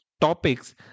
topics